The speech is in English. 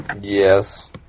Yes